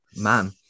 Man